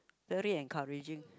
really encouraging